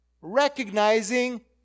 Recognizing